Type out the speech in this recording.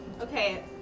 Okay